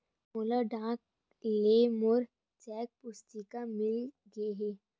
मोला डाक ले मोर चेक पुस्तिका मिल गे हे